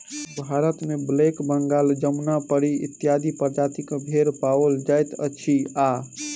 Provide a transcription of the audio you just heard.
भारतमे ब्लैक बंगाल, जमुनापरी इत्यादि प्रजातिक भेंड़ पाओल जाइत अछि आ